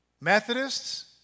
Methodists